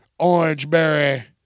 orangeberry